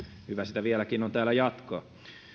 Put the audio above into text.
hyvä sitä vieläkin on täällä jatkaa